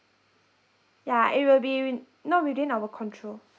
yeah it will be wi~ not within our control